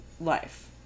life